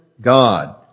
God